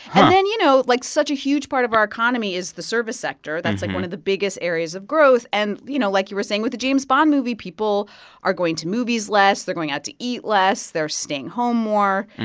and then, you know, like such a huge part of our economy is the service sector. that's, like, one of the biggest areas of growth. and, you know, like you were saying with the james bond movie, people are going to movies less. they're going out to eat less. they're staying home more.